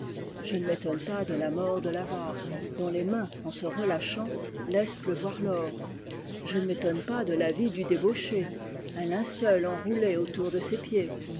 je ne m'étonne pas de la mçrt de l'avare dont les mains en se relâchant laissent pleuvoir l'or je ne m'étonne pas de la vie du débauché un linceul enroulé autour de ses pieds